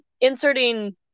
inserting